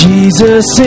Jesus